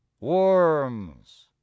Worms